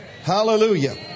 Hallelujah